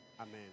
Amen